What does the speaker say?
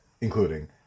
including